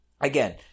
again